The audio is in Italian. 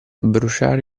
bruciare